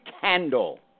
candle